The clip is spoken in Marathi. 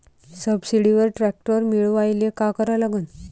सबसिडीवर ट्रॅक्टर मिळवायले का करा लागन?